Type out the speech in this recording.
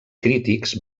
crítics